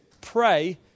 pray